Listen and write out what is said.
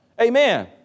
Amen